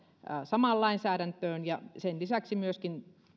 samaan lainsäädäntöön ja sen lisäksi myöskin